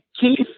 Keith